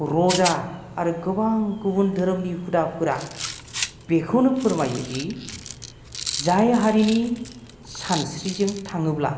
रजा आरो गोबां गुबुन धोरोमनि हुदाफोरा बेखौनो फोरमायो दि जाय हारिनि सानस्रिजों थाङोब्ला